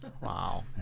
Wow